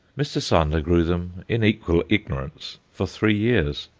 mr. sander grew them in equal ignorance for three years,